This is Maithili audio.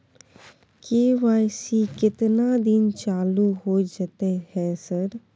के.वाई.सी केतना दिन चालू होय जेतै है सर?